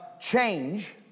change